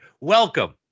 welcome